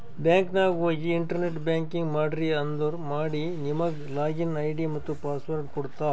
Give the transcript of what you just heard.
bank ನಾಗ್ ಹೋಗಿ internet banking ಮಾಡ್ರಿ ಅಂದುರ್ ಮಾಡಿ ನಿಮುಗ್ ಲಾಗಿನ್ ಐ.ಡಿ ಮತ್ತ ಪಾಸ್ವರ್ಡ್ ಕೊಡ್ತಾರ್